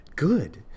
Good